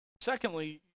Secondly